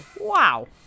wow